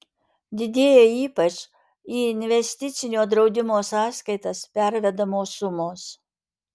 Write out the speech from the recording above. didėja ypač į investicinio draudimo sąskaitas pervedamos sumos